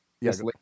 yes